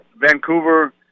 Vancouver